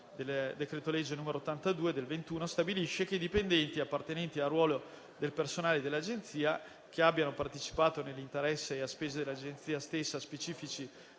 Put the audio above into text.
del decreto-legge n. 82 del 2021, stabilisce che i dipendenti appartenenti al ruolo del personale dell'Agenzia che abbiano partecipato, nell'interesse e a spese dell'Agenzia stessa, a specifici